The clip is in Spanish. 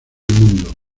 mundo